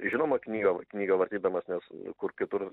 žinoma knygą v knygą vartydamas nes kur kitur